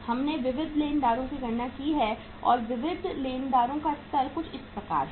हमने विविध लेनदारों की गणना की है और विविध लेनदारों का स्तर कुछ इस प्रकार है